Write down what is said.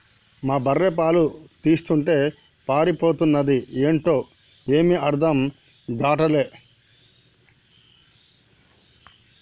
మా బర్రె పాలు తీస్తుంటే పారిపోతన్నాది ఏంటో ఏమీ అర్థం గాటల్లే